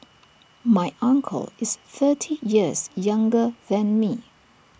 my uncle is thirty years younger than me